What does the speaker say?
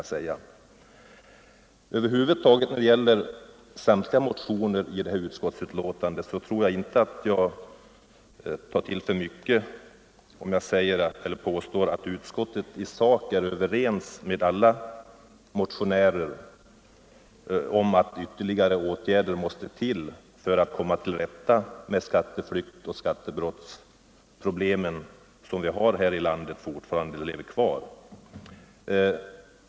Över huvud taget tror jag inte att jag säger för mycket om jag påstår att utskottet i sak är överens med samtliga motionärer i det här ärendet om att ytterligare åtgärder måste till för att man skall kunna komma till rätta med de problem beträffande skatteflykt och skattebrott som vi fortfarande har i det här landet.